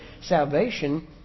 salvation